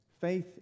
faith